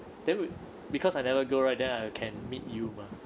that would because I never go right then I can meet you mah